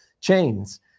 chains